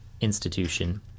institution